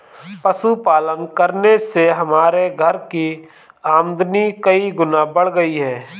पशुपालन करने से हमारे घर की आमदनी कई गुना बढ़ गई है